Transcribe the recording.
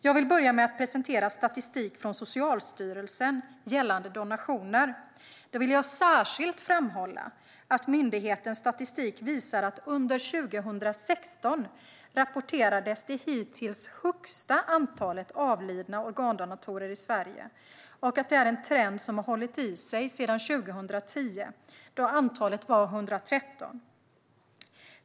Jag vill börja med att presentera statistik från Socialstyrelsen gällande donationer. Då vill jag särskilt framhålla att myndighetens statistik visar att under 2016 rapporterades det hittills högsta antalet avlidna organdonatorer i Sverige och att det är en trend som hållit i sig sedan 2010, då antalet var 113.